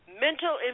mental